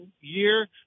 year